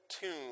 tomb